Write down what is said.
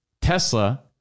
Tesla